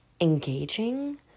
engaging